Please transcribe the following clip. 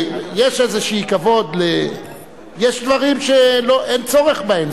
יש איזה כבוד, יש דברים שאין צורך בהם.